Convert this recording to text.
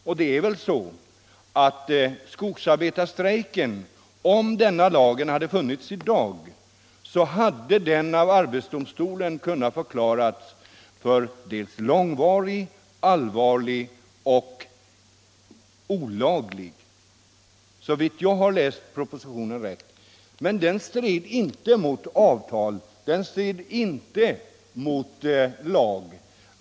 Om denna lag hade varit i kraft vid skogsarbetarstrejken, skulle denna strejk av arbetsdomstolen ha kunnat förklaras för långvarig, allvarlig och olovlig — såvitt jag har läst propositionen rätt. Men den strejken stred inte mot avtal. Den stred inte mot lag.